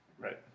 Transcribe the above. Right